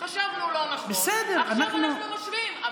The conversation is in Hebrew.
חשבנו לא נכון, עכשיו אנחנו משווים.